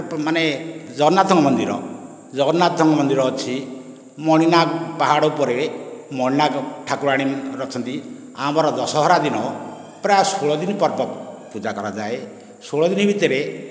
ମାନେ ଜଗନ୍ନାଥଙ୍କ ମନ୍ଦିର ଜଗନ୍ନାଥଙ୍କ ମନ୍ଦିର ଅଛି ମଣିନାଗ ପାହାଡ଼ ଉପରେ ମଣିନାଗ ଠାକୁରାଣୀ ଅଛନ୍ତି ଆମର ଦଶହରା ଦିନ ପ୍ରାୟ ଷୋହଳ ଦିନ ପର୍ବ ପୂଜା କରାଯାଏ ଷୋହଳ ଦିନ ଭିତରେ